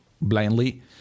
blindly